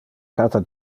cata